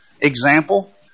example